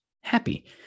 happy